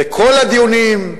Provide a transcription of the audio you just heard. וכל הדיונים,